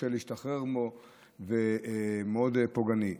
קשה להשתחרר ממנו והוא מאוד פוגעני.